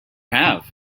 have